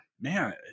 man